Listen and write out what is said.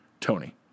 Tony